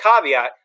caveat